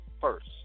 first